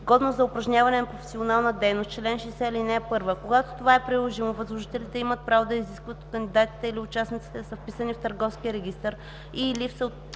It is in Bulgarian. „Годност за упражняване на професионалната дейност Чл. 60. (1) Когато това е приложимо, възложителите имат право да изискват от кандидатите или участниците да са вписани в Търговския регистър и/или